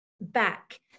back